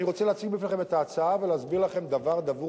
אני רוצה להציג בפניכם את ההצעה ולהסביר לכם דבר דבור